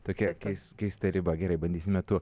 tokia skeista riba gerai bandysime tu